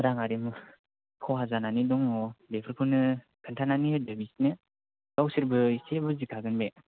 राङारि खहा जानानै दङ बेफोरखौनो खोन्थानानै होदो बिसिनो गावसोरबो एसे बुजि खागोन बे